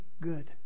Good